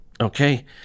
okay